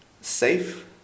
safe